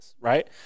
right